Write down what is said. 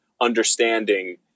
understanding